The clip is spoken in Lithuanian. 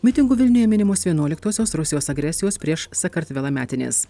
mitingu vilniuje minimos vienuoliktosios rusijos agresijos prieš sakartvelą metinės